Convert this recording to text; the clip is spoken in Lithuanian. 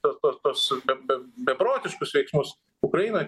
tuos tuos tuos be be beprotiškus veiksmus ukrainoj